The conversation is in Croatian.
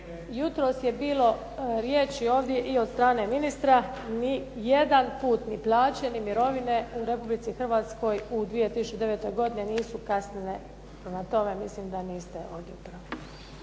jutros je bilo riječi i od strane ministra, nijedan put ni plaće, ni mirovine u Republici Hrvatskoj u 2009. godini nisu kasnile. Prema tome, mislim da niste ...